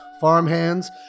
farmhands